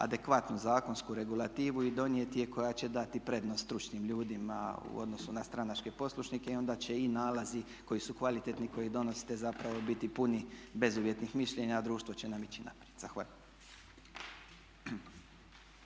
adekvatnu zakonsku regulativu i donijeti je, koja će dati prednost stručnim ljudima u odnosu na stranačke poslušnike. I onda će i nalazi koji su kvalitetni koje donosite zapravo biti puni bezuvjetnih mišljenja, a društvo će nam ići naprijed. Zahvaljujem.